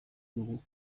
dugu